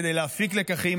כדי להפיק לקחים,